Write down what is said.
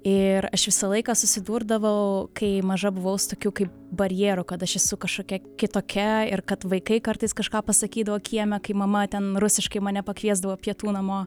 ir aš visą laiką susidurdavau kai maža buvau su tokiu kaip barjeru kad aš esu kažkokia kitokia ir kad vaikai kartais kažką pasakydavo kieme kai mama ten rusiškai mane pakviesdavo pietų namo